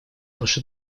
вашу